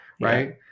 Right